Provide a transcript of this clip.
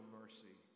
mercy